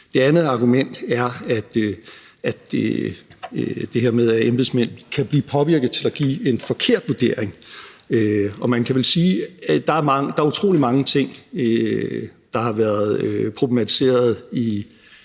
Det andet argument er det her med, at embedsmænd kan blive påvirket til at give en forkert vurdering. Man kan vel sige, at der er utrolig mange ting, der har været problematiseret i